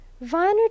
Viner